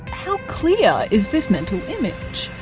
how clear is this mental image?